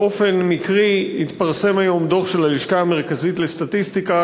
באופן מקרי התפרסם היום דוח של הלשכה המרכזית לסטטיסטיקה,